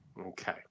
okay